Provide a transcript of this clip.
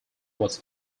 was